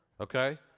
okay